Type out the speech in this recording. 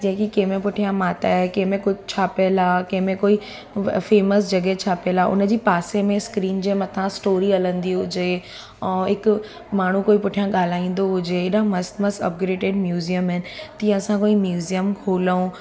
जेकी कंहिंमे पुठिया माता आहे कंहिंमें कुझु आहे पहिला कंहिंमें कोई फेमस जॻह छापियलु आहे उन जी पासे में स्क्रीन जे मथा स्टोरी हलंदी हुजे ऐं हिकु माण्हू कोई पुठियां ॻाल्हाईंदो हुजे हेॾा मस्तु मस्तु अपग्रेडिड म्यूज़ियम आहिनि तीअं असां कोई म्यूज़ियम खोलूं